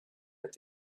est